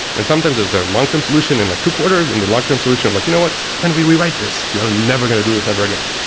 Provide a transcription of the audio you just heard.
and sometimes is there a long-term solution in like two quarters in the log time solution? like you know what? we rewrite this. we are never going to do this ever again.